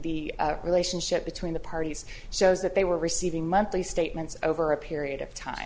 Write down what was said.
the relationship between the parties so that they were receiving monthly statements over a period of time